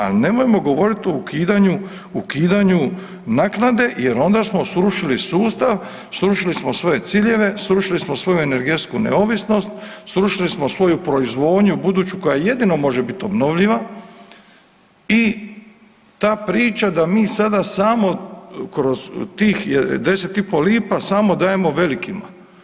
Ali nemojmo govorit o ukidanju, ukidanju naknade jer onda smo srušili sustav, srušili smo svoje ciljeve, srušili smo svoju energetsku neovisnost, srušili smo svoju proizvodnju buduću koja jedino može biti obnovljiva i ta priča da mi sada samo kroz tih 10 i po lipa samo dajemo velikima.